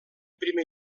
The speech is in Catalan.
primer